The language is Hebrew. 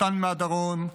לשטן מהדרום,